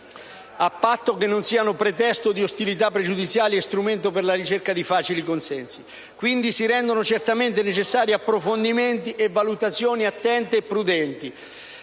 a patto che non siano pretesto di ostilità pregiudiziali e strumento per la ricerca di facili consensi. Quindi, si rendono certamente necessari approfondimenti e valutazioni attente e prudenti.